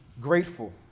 grateful